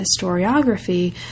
historiography